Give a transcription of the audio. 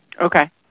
Okay